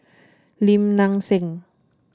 Lim Nang Seng